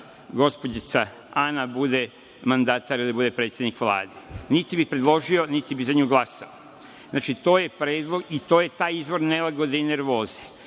da gospođica Ana bude mandatar, odnosno predsednik Vlade, niti bi predložio, niti bi za nju glasao. To je predlog i to je izvor nelagode i nervoze. Isto